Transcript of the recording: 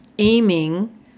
Aiming